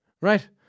right